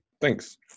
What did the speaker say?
thanks